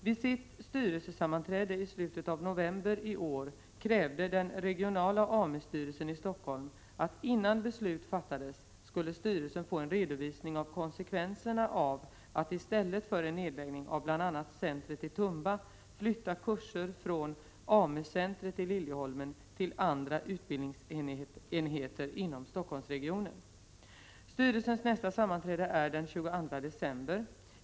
Vid sitt styrelsesammanträde i slutet av november i år krävde den regionala AMU-styrelsen i Stockholm att innan beslut fattades skulle styrelsen få en redovisning av konsekvenserna av att i stället för en nedläggning av bl.a. centret i Tumba flytta över kurser från AMU-centret i Liljeholmen till andra utbildningsenheter inom Stockholmsregionen. Styrelsens nästa sammanträde är den 22 december.